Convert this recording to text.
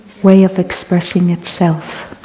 way of expressing itself.